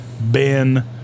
Ben